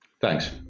Thanks